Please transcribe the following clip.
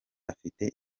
afite